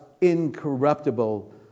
incorruptible